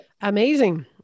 amazing